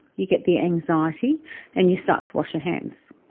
you get the anxiety and you start to wash your hands.